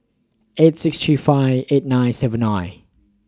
eight six three five eight nine seven nine